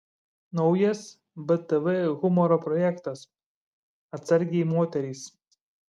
naujas btv humoro projektas atsargiai moterys